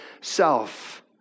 self